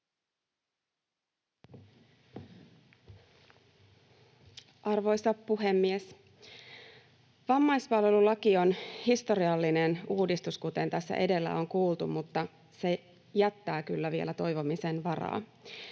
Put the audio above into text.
Arvoisa puhemies! Vammaispalvelulaki on historiallinen uudistus, kuten tässä edellä on kuultu, mutta se jättää kyllä vielä toivomisen varaa.